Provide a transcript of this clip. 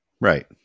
Right